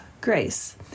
Grace